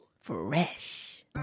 fresh